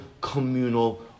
communal